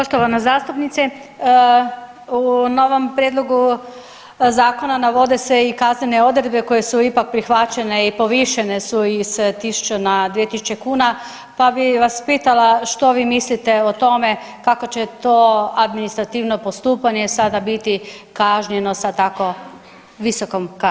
Poštovana zastupnice, na ovom prijedlogu zakona navode se i kaznene odredbe koje su ipak prihvaćene i povišene su iz 1.000 na 2.000 kuna pa bi vas pitala što vi mislite o tome kako će to administrativno postupanje sada biti kažnjeno sa tako visokom kaznom.